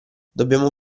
dobbiamo